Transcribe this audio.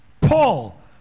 Paul